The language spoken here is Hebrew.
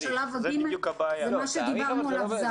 בשלב ג' זה מה שדיברנו עליו,